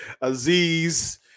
Aziz